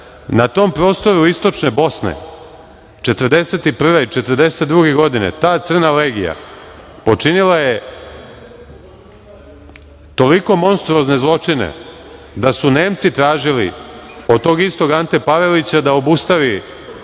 tom prostoru istočne Bosne 1941. i 1942. godine ta „Crna legija počinila je toliko monstruozne zločine da su Nemci tražili od tog istog Ante Pavelića da obustavi